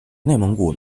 内蒙古